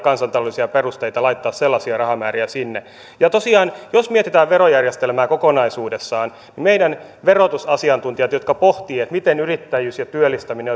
kansantaloudellisia perusteita laittaa sellaisia rahamääriä sinne ja tosiaan jos mietitään verojärjestelmää kokonaisuudessaan niin meidän verotusasiantuntijat jotka pohtivat miten yrittäjyys ja työllistäminen